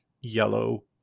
yellow